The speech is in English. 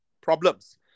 problems